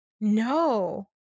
no